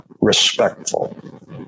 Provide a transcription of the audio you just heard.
respectful